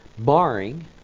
barring